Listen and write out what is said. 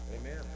Amen